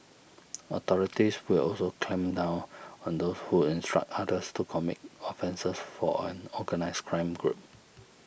authorities will also clamp down on those who instruct others to commit offences for an organised crime group